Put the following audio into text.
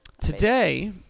Today